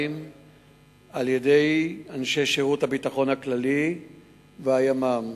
על-ידי אנשי שירות הביטחון הכללי והימ"מ,